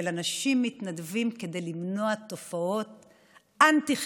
של אנשים מתנדבים כדי למנוע תופעות אנטי-חברתיות,